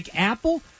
Apple